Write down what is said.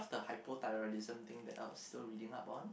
the hypothyroidism thing that I was still reading up on